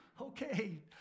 okay